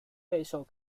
备受